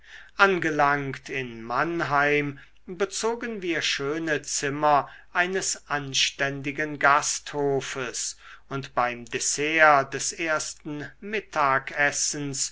angelangt in mannheim bezogen wir schöne zimmer eines anständigen gasthofes und beim dessert des ersten mittagessens